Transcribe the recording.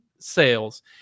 Sales